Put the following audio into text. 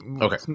Okay